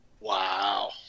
Wow